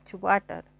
water